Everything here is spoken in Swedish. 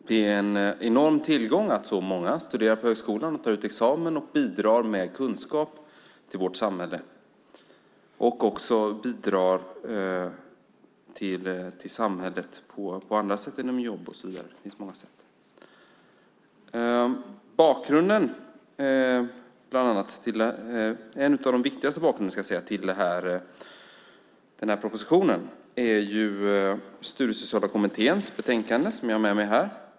Det är en enorm tillgång att så många studerar på högskolan och tar ut examen och bidrar med kunskap till vårt samhälle och också bidrar till samhället på andra sätt, genom jobb och så vidare. Det finns många sätt. När det gäller bakgrunden till propositionen är en av de viktigaste sakerna Studiesociala kommitténs betänkande som jag här har med mig.